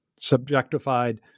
subjectified